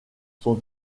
son